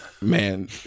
Man